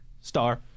Star